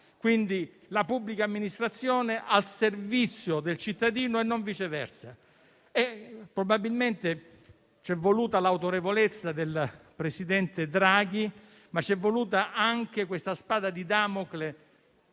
Quindi, è la pubblica amministrazione ad essere al servizio del cittadino e non viceversa. Probabilmente c'è voluta l'autorevolezza del presidente Draghi, ma c'è voluta anche la spada di Damocle